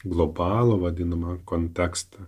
globalų vadinamą kontekstą